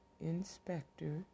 inspector